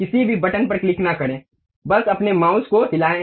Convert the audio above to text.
किसी भी बटन पर क्लिक न करें बस अपने माउस को हिलाएं